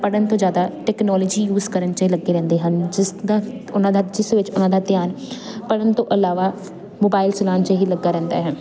ਪੜਨ ਤੋਂ ਜਿਆਦਾ ਟੈਕਨੋਲੋਜੀ ਯੂਜ ਕਰਨ 'ਚ ਲੱਗੇ ਰਹਿੰਦੇ ਹਨ ਜਿਸਦਾ ਉਹਨਾਂ ਦਾ ਜਿਸ ਵਿੱਚ ਉਹਨਾਂ ਦਾ ਧਿਆਨ ਪੜਨ ਤੋਂ ਇਲਾਵਾ ਮੋਬਾਈਲ ਚਲਾਣ 'ਚ ਹੀ ਲੱਗਾ ਰਹਿੰਦਾ ਹੈ